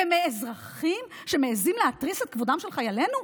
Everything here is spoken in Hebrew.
ומאזרחים שמעיזים להתריס על כבודם של חיילינו,